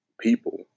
people